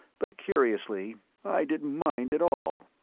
but curiously i didn't mind at all.